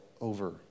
over